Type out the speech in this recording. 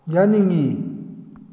ꯌꯥꯅꯤꯡꯏ